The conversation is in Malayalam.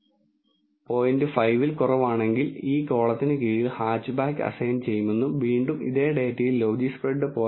5 ൽ കുറവാണെങ്കിൽ ഈ കോളത്തിന് കീഴിൽ ഹാച്ച്ബാക്ക് അസൈൻ ചെയ്യുമെന്നും വീണ്ടും ഇതേ ഡേറ്റയിൽ ലോജിസ്പ്രെഡ് 0